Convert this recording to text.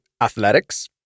athletics